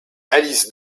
alice